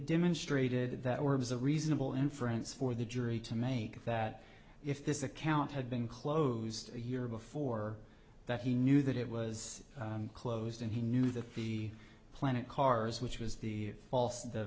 demonstrated that is a reasonable inference for the jury to make that if this account had been closed a year before that he knew that it was closed and he knew that the planet cars which was the false the